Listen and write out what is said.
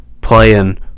playing